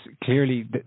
clearly